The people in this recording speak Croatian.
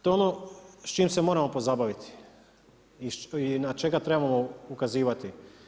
To je ono s čim se moramo pozabaviti i na čega trebamo ukazivati.